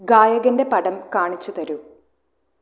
ഗായകൻ്റെ പടം കാണിച്ചു തരൂ